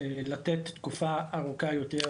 לתת תקופה ארוכה יותר מזה.